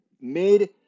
made